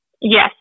Yes